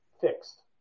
fixed